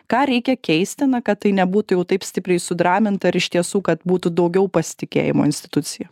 ką reikia keisti na kad tai nebūtų jau taip stipriai sudraminta ir iš tiesų kad būtų daugiau pasitikėjimo institucija